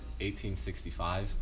1865